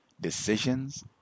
decisions